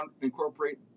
incorporate